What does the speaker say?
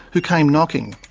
who came knocking.